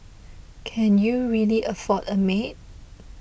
can you really afford a maid